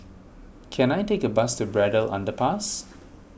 can I take a bus to Braddell Underpass